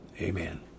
Amen